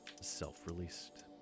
self-released